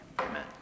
amen